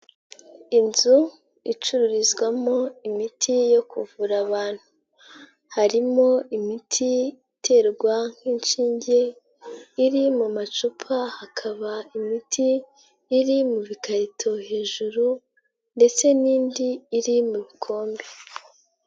Inzu icururizwamo imiti yo kuvura abantu. Harimo: imiti iterwa nk'inshinge iri mu macupa, hakaba imiti iri mu bikarito hejuru ndetse n'indi iri mu bikombe.